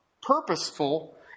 purposeful